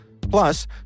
Plus